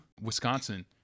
Wisconsin